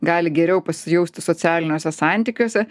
gali geriau pasijausti socialiniuose santykiuose